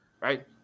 right